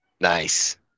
Nice